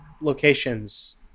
locations